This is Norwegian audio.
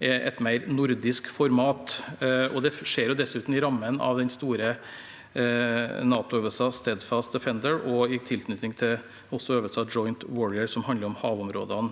til et mer nordisk format. Det skjer dessuten i rammen av den store NATO-øvelsen Steadfast Defender og i tilknytning til øvelsen Joint Warrior, som handler om havområdene